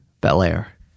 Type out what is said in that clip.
Belair